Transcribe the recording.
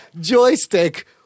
joystick